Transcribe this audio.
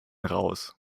raus